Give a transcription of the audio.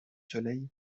soleil